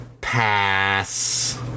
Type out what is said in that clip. Pass